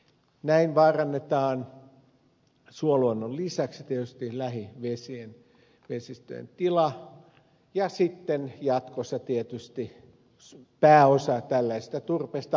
näin vaarannetaan suoluonnon lisäksi tietysti lähivesistöjen tila ja jatkossa tietysti pääosa tällaisesta turpeesta aina käytetään polttoon